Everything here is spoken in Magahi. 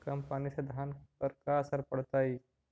कम पनी से धान पर का असर पड़तायी?